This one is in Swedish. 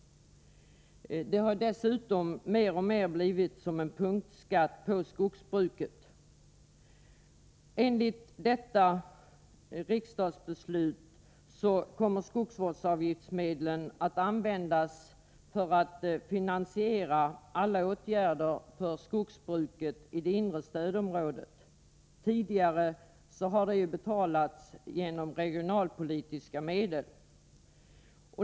Den har dessutom alltmer fått karaktären av en punktskatt på skogsbruket. Enligt tidigare riksdagsbeslut kommer skogsvårdsavgiftsmedel att användas för att finansiera alla åtgärder för skogsbruket i det inre stödområdet — dessa har tidigare finansierats med regionalpolitiska medel.